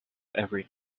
every